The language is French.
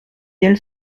elles